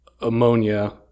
ammonia